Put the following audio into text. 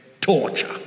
torture